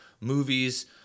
movies